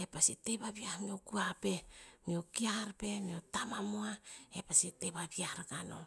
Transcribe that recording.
e pasi teva viah meo kua peh, meo kear pe, meo tamamoah, e pasi tevaviah rakah nom